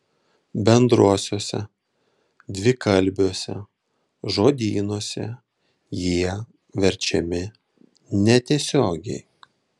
bendruosiuose dvikalbiuose žodynuose jie verčiami netiesiogiai